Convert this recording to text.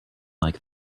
like